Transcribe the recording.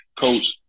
Coach